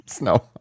No